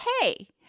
hey